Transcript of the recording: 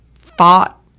fought